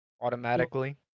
automatically